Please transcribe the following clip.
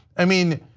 i mean,